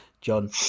John